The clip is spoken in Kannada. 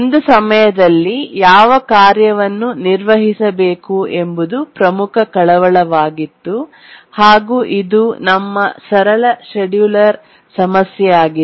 ಒಂದು ಸಮಯದಲ್ಲಿ ಯಾವ ಕಾರ್ಯವನ್ನು ನಿರ್ವಹಿಸಬೇಕು ಎಂಬುದು ಪ್ರಮುಖ ಕಳವಳವಾಗಿತ್ತು ಹಾಗೂ ಇದು ನಮ್ಮ ಸರಳ ಷೆಡ್ಯೂಲರ್ ಸಮಸ್ಯೆಯಾಗಿತ್ತು